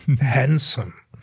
handsome